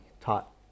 taught